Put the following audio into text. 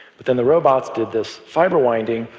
but then the robots did this fiber winding,